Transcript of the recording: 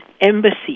embassy